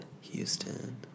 Houston